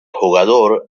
jugador